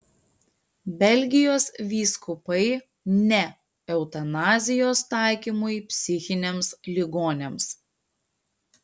belgijos vyskupai ne eutanazijos taikymui psichiniams ligoniams